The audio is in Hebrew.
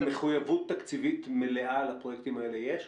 מחויבות תקציבית מלאה לפרויקטים האלה, יש?